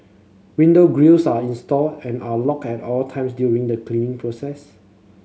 window grilles are installed and are locked at all times during the cleaning process